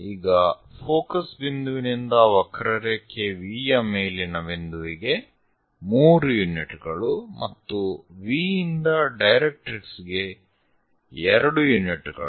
ಈಗ ಫೋಕಸ್ ಬಿಂದುವಿನಿಂದ ವಕ್ರರೇಖೆ V ಯ ಮೇಲಿನ ಬಿಂದುವಿಗೆ 3 ಯೂನಿಟ್ ಗಳು ಮತ್ತು V ಇಂದ ಡೈರೆಕ್ಟ್ರಿಕ್ಸ್ ಗೆ 2 ಯೂನಿಟ್ ಗಳು